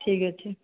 ଠିକ୍ ଅଛି